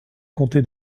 comté